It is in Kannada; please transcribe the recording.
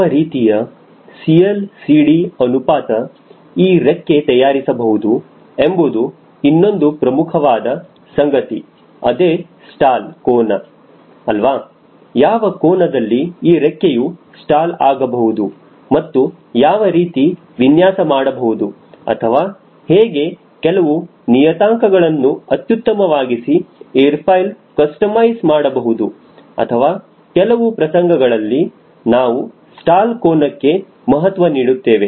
ಯಾವ ರೀತಿಯ CLCD ಅನುಪಾತ ಈ ರೆಕ್ಕೆ ತಯಾರಿಸಬಹುದು ಎಂಬುದು ಇನ್ನೊಂದು ಪ್ರಮುಖವಾದ ಸಂಗತಿ ಅದೇ ಸ್ಟಾಲ್ ಕೋನ ಅಲ್ವಾ ಯಾವ ಕೋನದಲ್ಲಿ ಈ ರೆಕ್ಕೆಯು ಸ್ಟಾಲ್ ಆಗಬಹುದು ಮತ್ತು ಯಾವ ರೀತಿ ವಿನ್ಯಾಸ ಮಾಡಬಹುದು ಅಥವಾ ಹೇಗೆ ಕೆಲವು ನಿಯತಾಂಕಗಳನ್ನು ಅತ್ಯುತ್ತಮವಾಗಿಸಿ ಏರ್ ಫಾಯ್ಲ್ ಕಸ್ಟೋಮೈಜ್ ಮಾಡಬಹುದು ಅಥವಾ ಕೆಲವು ಪ್ರಸಂಗಗಳಲ್ಲಿ ನಾವು ಸ್ಟಾಲ್ ಕೋನಕ್ಕೆ ಮಹತ್ವ ನೀಡುತ್ತೇವೆ